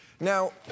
Now